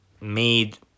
made